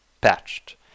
patched